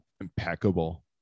impeccable